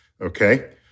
okay